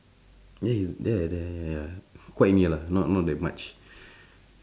ya it's there there there ya quite near lah not not that much